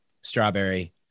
strawberry